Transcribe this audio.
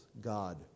God